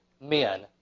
men